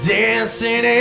dancing